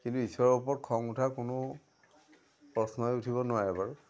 কিন্তু ঈশ্বৰৰ ওপৰত খং উঠা কোনো প্ৰশ্নই উঠিব নোৱাৰে বাৰু